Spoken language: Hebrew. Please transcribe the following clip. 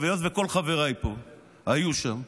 היות שכל חבריי פה היו שם,